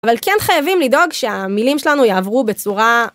אבל כן חייבים לדאוג שהמילים שלנו יעברו בצורה...